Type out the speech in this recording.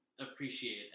appreciate